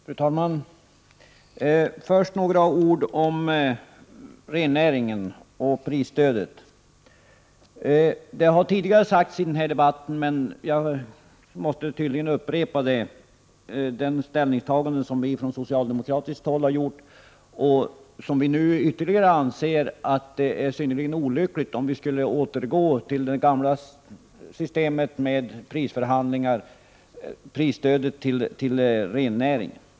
Fru talman! Först några ord om rennäringen och prisstödet. Det har tidigare framhållits i debatten, men jag måste tydligen upprepa det ställningstagande som vi från socialdemokratiskt håll har gjort. Vi anser det synnerligen olyckligt om man skulle återgå till det gamla systemet med prisförhandlingar i stödet till rennäringen.